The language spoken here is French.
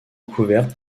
couverte